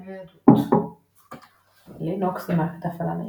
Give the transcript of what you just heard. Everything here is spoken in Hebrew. ניידות לינוקס היא מערכת הפעלה ניידת,